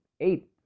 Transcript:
eight